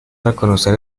reconocer